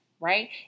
Right